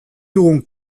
dugun